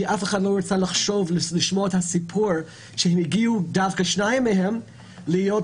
כי אף אחד לא רצה לשמוע את הסיפור כי דווקא שניים מהם הגיעו